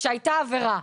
שהייתה עבירה.